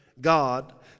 God